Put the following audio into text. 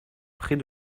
près